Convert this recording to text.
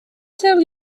tell